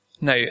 No